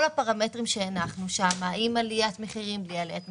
הפרמטרים שהנחנו שם - עם עליית מחירים ובלי עליית מחירים,